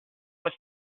was